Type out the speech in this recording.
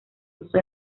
uso